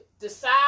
decide